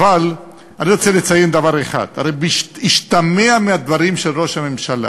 אבל אני רוצה לציין דבר אחד: הרי השתמע מהדברים של ראש הממשלה